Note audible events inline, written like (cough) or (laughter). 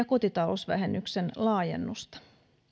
(unintelligible) kotitalousvähennyksen laajennusta